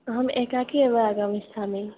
अहम् एकाकीनी एव आगमिष्यामि